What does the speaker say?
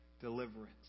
deliverance